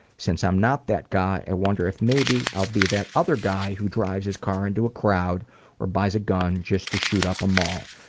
since i'm not that guy i wonder if maybe i'll be the other guy who drives his car into a crowd or buys a gun just to shoot up a mall.